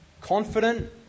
confident